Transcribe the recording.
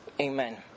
Amen